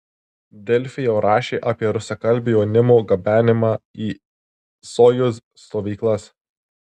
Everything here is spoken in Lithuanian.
delfi jau rašė apie rusakalbio jaunimo gabenimą į sojuz stovyklas